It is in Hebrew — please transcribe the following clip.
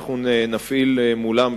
אנחנו נפעיל מולם,